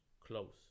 close